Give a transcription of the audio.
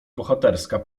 bohaterska